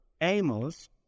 Amos